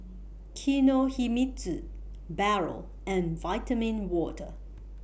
Kinohimitsu Barrel and Vitamin Water